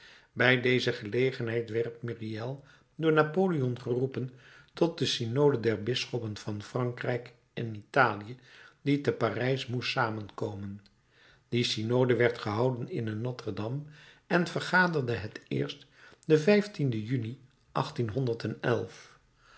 bij deze gelegenheid werd myriel door napoleon geroepen tot de synode der bisschoppen van frankrijk en italië die te parijs moest samenkomen die synode werd gehouden in notre-dame en vergaderde het eerst den juni